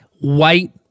white